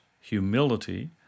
humility